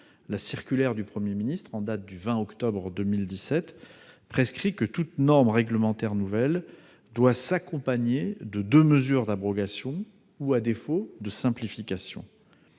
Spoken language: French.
La circulaire du Premier ministre en date du 20 octobre 2017 prescrit que toute norme réglementaire nouvelle doit s'accompagner de deux mesures d'abrogation ou, à défaut, de simplification.